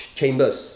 Chambers